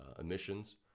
emissions